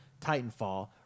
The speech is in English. Titanfall